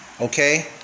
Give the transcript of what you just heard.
okay